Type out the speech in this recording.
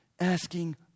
Asking